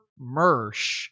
Mersh